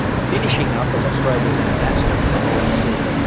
finishing up as australia's ambassador to the holy see.